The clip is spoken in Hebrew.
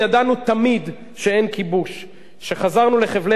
שחזרנו לחבלי הארץ ההיסטורית שלנו, נא לסיים.